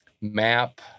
map